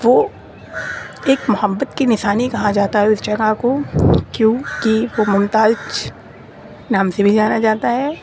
وہ ایک محبت کی نشانی کہا جاتا ہے اس جگہ کو کیوںکہ وہ ممتاز نام سے بھی جانا جاتا ہے